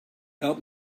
help